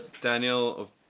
Daniel